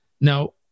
Now